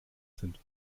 sind